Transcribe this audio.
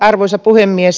arvoisa puhemies